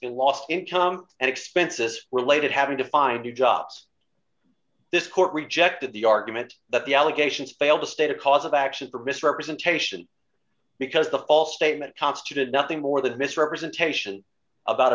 in lost income and expenses related having to find new jobs this court rejected the argument that the allegations bail the state a cause of action or misrepresentation because the false statement constituted nothing more than a misrepresentation about